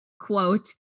quote